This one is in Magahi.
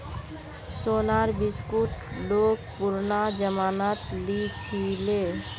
सोनार बिस्कुट लोग पुरना जमानात लीछीले